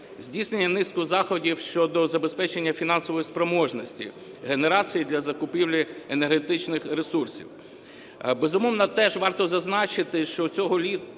Здійснено низку заходів щодо забезпечення фінансової спроможності генерації для закупівлі енергетичних ресурсів. Безумовно, теж варто зазначити, що влітку